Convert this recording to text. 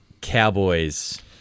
Cowboys